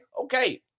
okay